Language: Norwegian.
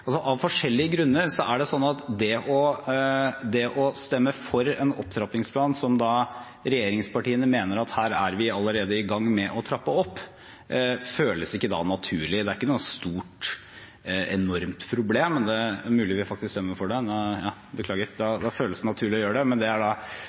at det å stemme for en opptrappingsplan, når regjeringspartiene mener at vi allerede er i gang med å trappe opp, føles ikke da naturlig. Det er ikke noe stort, enormt problem. – Men det er mulig vi faktisk stemmer for det – ja, beklager, da